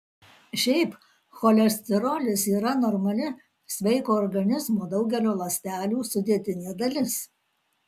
šiaip cholesterolis yra normali sveiko organizmo daugelio ląstelių sudėtinė dalis